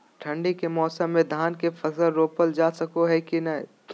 ठंडी के मौसम में धान के फसल रोपल जा सको है कि नय?